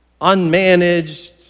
unmanaged